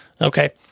Okay